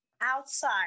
outside